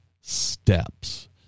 steps